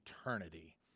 eternity